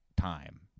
time